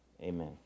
amen